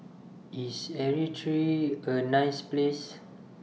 IS Eritrea A nice Place